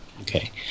Okay